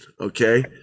okay